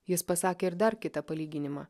jis pasakė ir dar kitą palyginimą